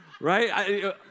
Right